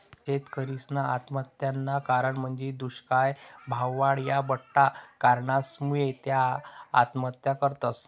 शेतकरीसना आत्महत्यानं कारण म्हंजी दुष्काय, भाववाढ, या बठ्ठा कारणसमुये त्या आत्महत्या करतस